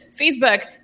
Facebook